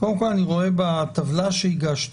קודם כל אני רואה בטבלה שהגשתם